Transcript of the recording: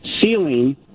ceiling